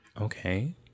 Okay